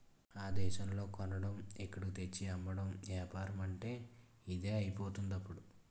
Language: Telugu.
ఆ దేశంలో కొనడం ఇక్కడకు తెచ్చి అమ్మడం ఏపారమంటే ఇదే అయిపోయిందిప్పుడు